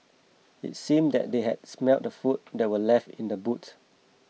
it seemed that they had smelt the food that were left in the boot